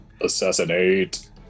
Assassinate